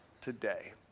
today